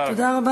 תודה רבה.